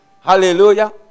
Hallelujah